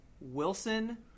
Wilson